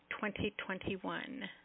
2021